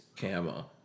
camo